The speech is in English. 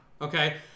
Okay